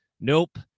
nope